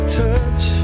touch